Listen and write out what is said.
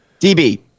DB